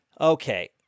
Okay